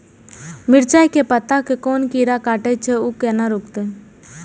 मिरचाय के पत्ता के कोन कीरा कटे छे ऊ केना रुकते?